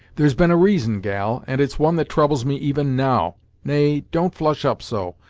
there's been a reason, gal, and it's one that troubles me even now nay, don't flush up so,